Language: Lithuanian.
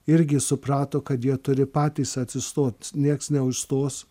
irgi suprato kad jie turi patys atsistot nieks neužstos